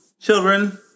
children